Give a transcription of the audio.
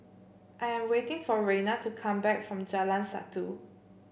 I am waiting for Reina to come back from Jalan Satu